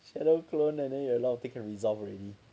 shadow clone and then you alot of thing can resolve already